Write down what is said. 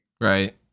Right